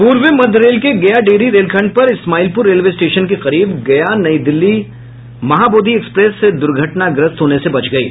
पूर्व मध्य रेल के गया डिहरी रेलखंड पर इस्माइलपुर रेलवे स्टेशन के करीब गया नई दिल्ली महाबोधि एक्सप्रेस दुर्घटनाग्रस्त होने से बच गयी